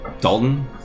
Dalton